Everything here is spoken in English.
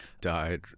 died